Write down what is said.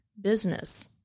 business